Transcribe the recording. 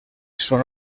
són